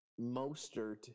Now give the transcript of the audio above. Mostert